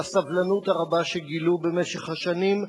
על הסבלנות הרבה שגילו במשך השנים.